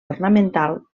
ornamental